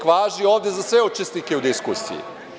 važi za sve učesnike u diskusiji.